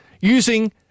using